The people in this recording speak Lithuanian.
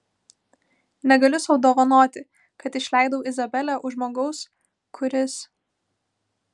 negaliu sau dovanoti kad išleidau izabelę už žmogaus kuris